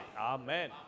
Amen